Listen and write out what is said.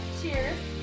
cheers